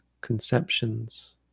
conceptions